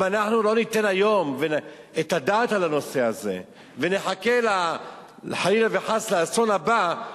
אם אנחנו לא ניתן היום את הדעת על הנושא הזה ונחכה חלילה וחס לאסון הבא,